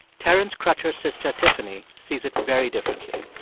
terence crutcher's sister tiffany sees it very differently.